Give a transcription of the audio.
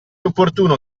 opportuno